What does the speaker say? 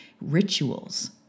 rituals